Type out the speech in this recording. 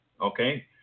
okay